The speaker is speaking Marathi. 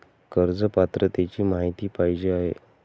कर्ज पात्रतेची माहिती पाहिजे आहे?